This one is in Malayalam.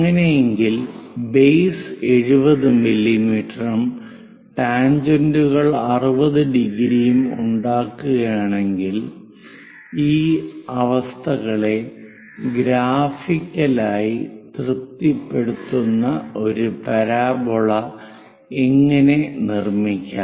അങ്ങനെയാണെങ്കിൽ ബേസ് 70 മില്ലീമീറ്ററും ടാൻജെന്റുകൾ 60⁰ ഉണ്ടാകുകയാണെങ്കിൽ ഈ അവസ്ഥകളെ ഗ്രാഫിക്കലായി തൃപ്തിപ്പെടുത്തുന്ന ഒരു പരാബോള എങ്ങനെ നിർമ്മിക്കാം